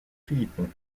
philippon